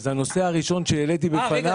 הנושא הראשון שהעליתי בפניו הוא נושא ייפויי הכוח.